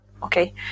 Okay